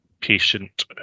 patient